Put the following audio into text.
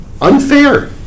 unfair